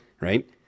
right